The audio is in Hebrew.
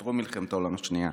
טרום מלחמת העולם השנייה?